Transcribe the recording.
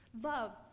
Love